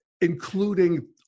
including